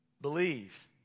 believe